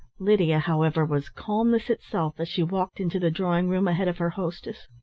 lydia, however, was calmness itself, as she walked into the drawing-room ahead of her hostess.